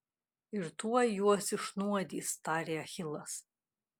ir tuoj juos išnuodys tarė achilas